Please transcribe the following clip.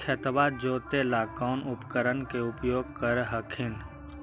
खेतबा जोते ला कौन उपकरण के उपयोग कर हखिन?